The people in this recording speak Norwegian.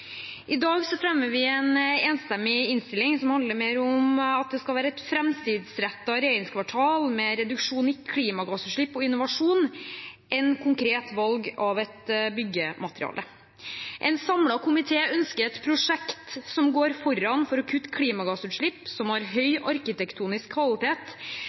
I dag fremmer vi en enstemmig innstilling som handler mer om at det skal være et framtidsrettet regjeringskvartal med innovasjon og reduksjon i klimagassutslipp, enn konkret valg av et byggemateriale. En samlet komité ønsker et prosjekt som går foran når det gjelder å kutte klimagassutslipp, som har høy arkitektonisk kvalitet,